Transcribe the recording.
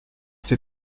ces